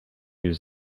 use